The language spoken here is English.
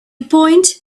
point